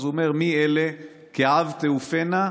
הוא אומר: "מי אלה כעב תעופינה,